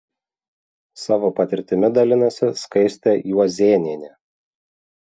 savo patirtimi dalinasi skaistė juozėnienė